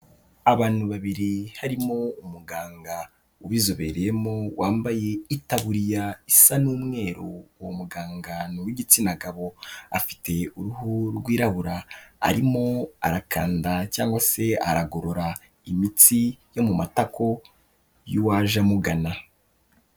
Abantu babiri harimo umuganga ubizobereyemo wambaye itaburiya isa n'umweru, uwo muganga nuw'igitsina gabo, afite uruhu rwirabura, arimo arakanda cyangwa se aragorora imitsi yo mu matako y'uwaje amugana.